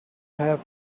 have